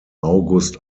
august